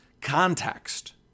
context